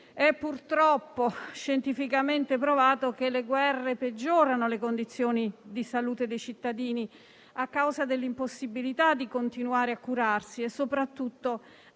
È purtroppo scientificamente provato che le guerre peggiorano le condizioni di salute dei cittadini a causa dell'impossibilità di continuare a curarsi e soprattutto